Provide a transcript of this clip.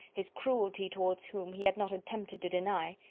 his cruelty towards whom he had not attempted to deny,